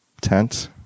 tent